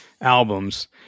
albums